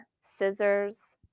scissors